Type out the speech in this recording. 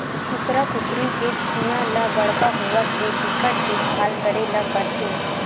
कुकरा कुकरी के चीया ल बड़का होवत ले बिकट देखभाल करे ल परथे